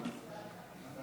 הצעה